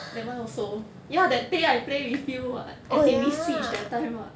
ya mine also ya that day I play with you [what] as in we switch that time [what]